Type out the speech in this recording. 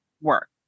work